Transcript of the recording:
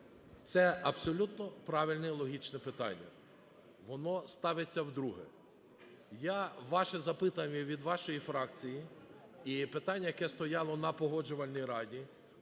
Це абсолютно правильне і логічне питання. Воно ставиться вдруге. Я ваше запитання, від вашої фракції, і питання, яке стояло на Погоджувальній раді,